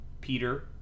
Peter